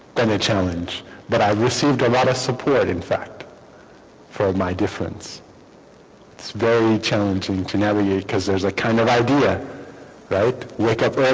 been a challenge that i've received a lot of support in fact for my difference it's very challenging to navigate because there's a kind of idea right wake up early